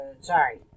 sorry